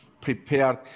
prepared